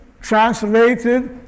translated